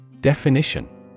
Definition